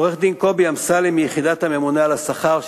לעורך-דין קובי אמסלם מיחידת הממונה על השכר,